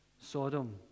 Sodom